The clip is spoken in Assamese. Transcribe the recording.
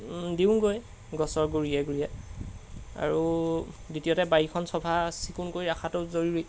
দিওঁগৈ গছৰ গুৰিয়ে গুৰিয়ে আৰু দ্বিতীয়তে বাৰীখন চফা চিকুণ কৰি ৰাখাটো জৰুৰী